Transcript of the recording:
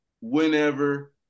whenever